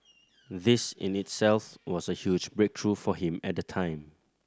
this in itself was a huge breakthrough for him at the time